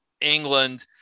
England